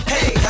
Hey